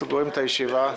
הישיבה נעולה.